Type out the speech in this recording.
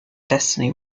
destiny